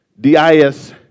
DIS